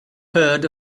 heard